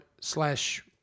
slash